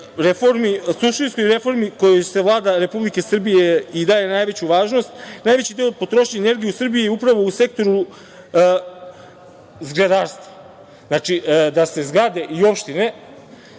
energije suštinskoj reformi kojoj se Vlada Republike Srbije i daje najveću važnost, najveći deo potrošnje energije u Srbiji je upravo u sektoru zgradarstva. Znači, da se grade i opštine